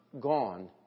gone